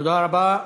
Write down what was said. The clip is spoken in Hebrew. תודה רבה.